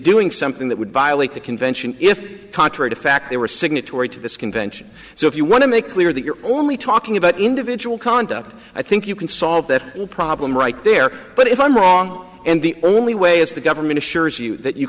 doing something that would violate the convention if contrary to fact there were signatory to this convention so if you want to make clear that you're only talking about individual conduct i think you can solve that problem right there but if i'm wrong and the only way is the government